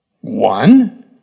One